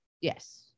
Yes